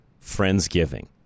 Friendsgiving